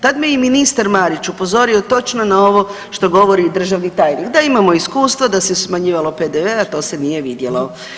Tad me je i ministar Marić upozorio točno na ovo što govori i državni tajnik, da imamo iskustvo da se smanjivalo PDV, a to se nije vidjelo.